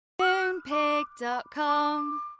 Moonpig.com